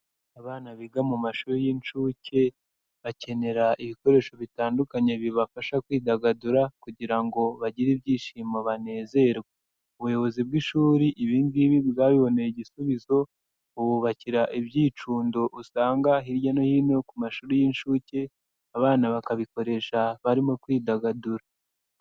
Abana biga mu mashuri y'inshuke, bakenera ibikoresho bitandukanye bibafasha kwidagadura kugira ngo bagire ibyishimo banezerwe. Ubuyobozi bw'ishuri ibi ingibi bwabiboneye igisubizo, bububakira ibyicundo usanga hirya no hino ku mashuri y'inshuke, abana bakabikoresha barimo kwidagadura.